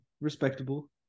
respectable